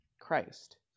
Christ